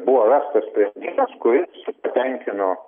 buvo rastas sprendimas kuris tenkino